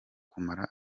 kumara